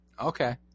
Okay